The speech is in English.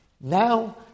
now